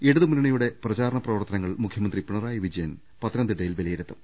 ഇടതു മുന്നണിയുടെ പ്രചാരണ പ്രവർത്തനങ്ങൾ മുഖ്യമന്ത്രി പിണ റായി വിജയൻ പത്തനംതിട്ടയിൽ വിലയിരുത്തും